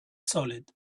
solid